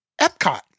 Epcot